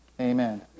Amen